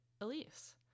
Elise